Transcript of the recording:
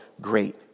great